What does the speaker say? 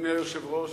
אדוני היושב-ראש,